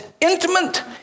intimate